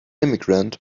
immigrant